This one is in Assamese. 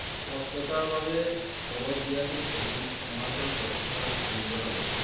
স্পষ্টতাৰ বাবে তলত দিয়াটোত এজন সোঁহাতৰ বক্সাৰক ধৰি লোৱা হৈছে